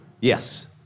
Yes